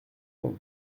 pont